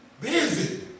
busy